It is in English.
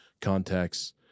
contacts